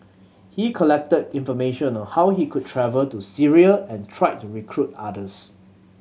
he collected information on how he could travel to Syria and tried to recruit others